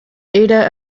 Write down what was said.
era